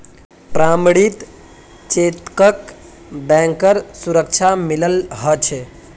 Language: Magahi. प्रमणित चेकक बैंकेर सुरक्षा मिलाल ह छे